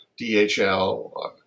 DHL